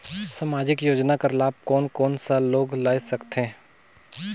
समाजिक योजना कर लाभ कोन कोन सा लोग ला मिलथे?